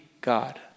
God